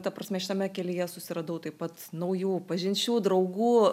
ta prasme šitame kelyje susiradau taip pat naujų pažinčių draugų